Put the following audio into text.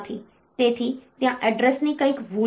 તેથી ત્યાં એડ્રેસની કંઈક ભૂલ છે